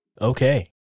Okay